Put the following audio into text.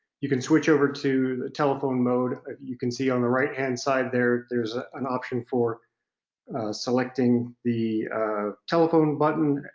you can switch over to telephone mode. ah you can see on the right-hand side there there's an option for selecting the telephone button,